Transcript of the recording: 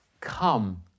Come